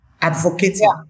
advocating